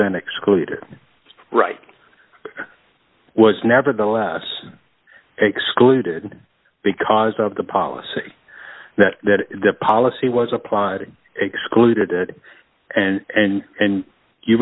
been excluded right was nevertheless excluded because of the policy that the policy was applied excluded and and and you